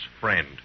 friend